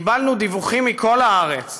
קיבלנו דיווחים מכל הארץ